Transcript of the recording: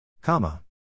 Comma